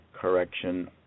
correction